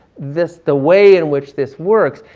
this the way in which this works,